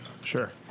Sure